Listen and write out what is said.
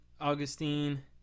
augustine